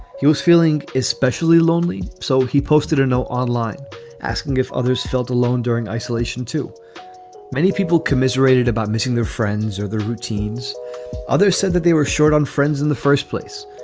he was feeling especially lonely. so he posted a note online asking if others felt alone during isolation. too many people commiserated about missing their friends or their routines others said that they were short on friends in the first place.